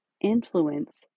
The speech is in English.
Influence